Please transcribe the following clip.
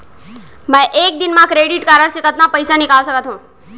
मैं एक दिन म क्रेडिट कारड से कतना पइसा निकाल सकत हो?